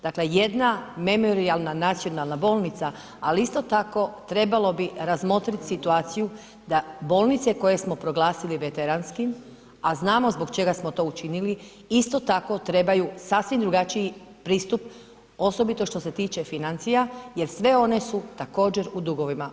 Dakle, jedna memorijalna nacionalna bolnica, ali isto tako trebalo bi razmotriti situaciju da bolnice koje smo proglasili veteranskim, a znamo zbog čega smo to učinili isto tako trebaju sasvim drugačiji pristup osobito što se tiče financija jer sve one su također u dugovima.